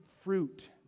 fruit